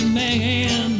man